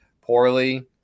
poorly